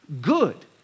good